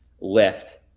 lift